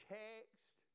text